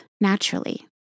naturally